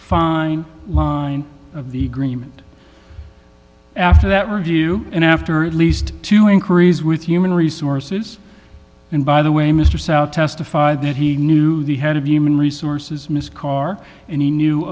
fine line of the green went after that review and after at least two inquiries with human resources and by the way mr south testified that he knew the head of human resources miss carr and he knew